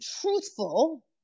truthful